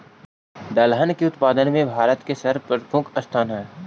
दलहन के उत्पादन में भारत के सर्वप्रमुख स्थान हइ